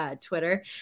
Twitter